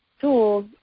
tools